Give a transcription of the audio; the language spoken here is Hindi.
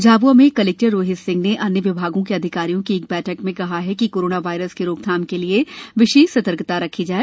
झाबुआ में कलेक्टर रोहित सिंह ने अन्य विभागों के अधिकारियों की एक बैठक में कहा कि कोरोना वायरस की रोकथाम के लिए विशेष सतर्कता रखी जाए